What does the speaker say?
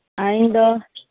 ᱤᱧᱫᱚ